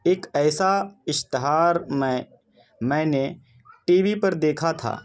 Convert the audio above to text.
اک ایسا اشتہار میں میں نے ٹی وی پر دیکھا تھا